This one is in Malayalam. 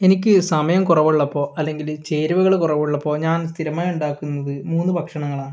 എനിക്ക് സമയം കുറവുള്ളപ്പോൾ അല്ലെങ്കിൽ ചേരുവകൾ കുറവുള്ളപ്പോൾ ഞാൻ സ്ഥിരമായുണ്ടാക്കുന്നത് മൂന്ന് ഭക്ഷണങ്ങളാണ്